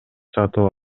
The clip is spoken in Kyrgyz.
сатып